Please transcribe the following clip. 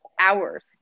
hours